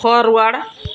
forward